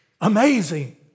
Amazing